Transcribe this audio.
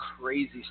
crazy